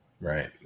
right